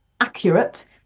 accurate